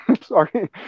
Sorry